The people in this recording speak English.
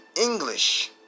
English